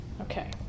Okay